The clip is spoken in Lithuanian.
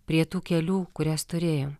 prie tų kelių kurias turėjom